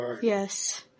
Yes